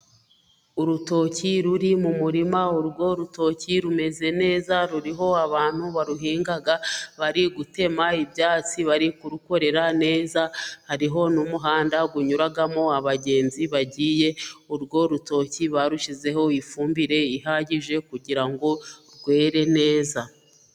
Urutoki ruri mu murima, urwo rutoki rumeze neza ruriho abantu baruhinga, bari gutema ibyatsi, bari kurukorera neza, hariho n'umuhanda unyuramo abagenzi bagiye, urwo rutoki barushyizeho ifumbire ihagije kugira ngo rwere neza.